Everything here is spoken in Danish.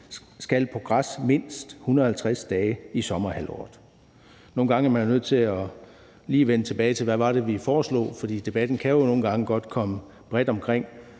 skal på græs mindst 150 dage i sommerhalvåret. Nogle gange er man jo nødt til lige at vende tilbage til, hvad det var, vi foreslog, for debatten kan jo nogle gange godt komme bredt omkring.